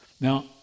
Now